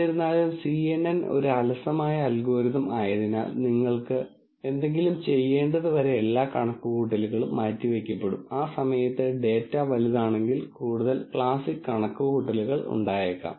എന്നിരുന്നാലും CNN ഒരു അലസമായ അൽഗോരിതം ആയതിനാൽ നിങ്ങൾ എന്തെങ്കിലും ചെയ്യേണ്ടത് വരെ എല്ലാ കണക്കുകൂട്ടലുകളും മാറ്റിവയ്ക്കപ്പെടും ആ സമയത്ത് ഡാറ്റ വലുതാണെങ്കിൽ കൂടുതൽ ക്ലാസിക് കണക്കുകൂട്ടലുകൾ ഉണ്ടായേക്കാം